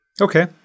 Okay